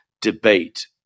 debate